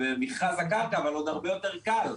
במכרז הקרקע אבל עוד הרבה יותר קל,